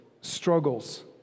struggles